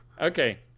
Okay